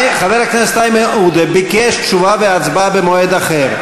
חבר הכנסת איימן עודה ביקש תשובה והצבעה במועד אחר.